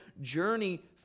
journey